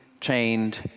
chained